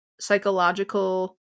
psychological